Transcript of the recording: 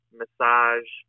massage